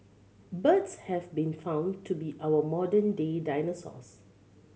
birds have been found to be our modern day dinosaurs